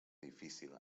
difícil